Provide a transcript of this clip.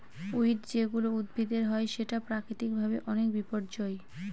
weed যেগুলা উদ্ভিদের হয় সেটা প্রাকৃতিক ভাবে অনেক বিপর্যই